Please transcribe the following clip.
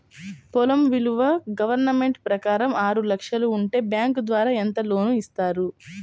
పొలం విలువ గవర్నమెంట్ ప్రకారం ఆరు లక్షలు ఉంటే బ్యాంకు ద్వారా ఎంత లోన్ ఇస్తారు?